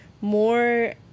More